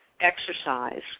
exercise